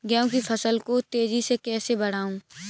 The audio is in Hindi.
गेहूँ की फसल को तेजी से कैसे बढ़ाऊँ?